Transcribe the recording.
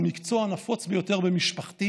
המקצוע הנפוץ ביותר במשפחתי